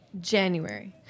January